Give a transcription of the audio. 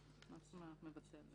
מה זאת אומרת מבטל?